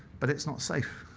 but it's not safe.